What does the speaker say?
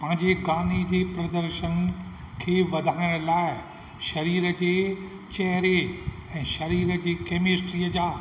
पंहिंजे गाने जे प्रदशन खे वधाइण लाइ शरीर जे चहिरे ऐं शरीर जी केमेस्ट्रीअ जा